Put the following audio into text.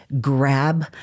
grab